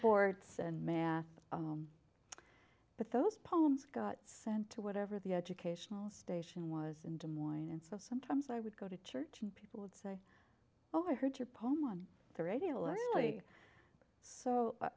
boards and math but those poems got sent to whatever the educational station was in des moines and so sometimes i would go to church and people would say oh i heard your poem on the radio learnedly so i